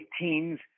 teens